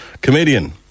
comedian